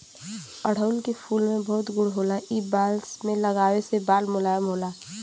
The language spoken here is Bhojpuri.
अढ़ऊल के फूल में बहुत गुण होला इ बाल में लगावे से बाल मुलायम होला